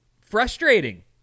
frustrating